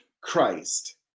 Christ